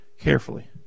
Carefully